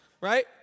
right